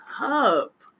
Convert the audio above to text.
up